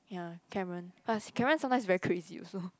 ya Karen cause Karen sometimes very crazy also